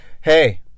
hey